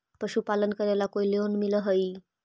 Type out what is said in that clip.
पशुपालन करेला कोई लोन मिल हइ?